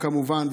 כמובן,